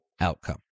outcome